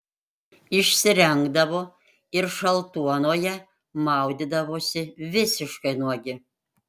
išsirengdavo ir šaltuonoje maudydavosi visiškai nuogi